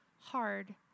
hard